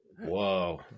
Whoa